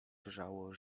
wrzało